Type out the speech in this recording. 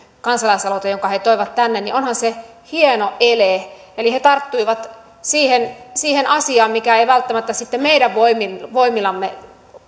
kansalaisaloite jonka he toivat tänne hieno ele eli he tarttuivat siihen siihen asiaan mikä ei välttämättä sitten meidän voimillamme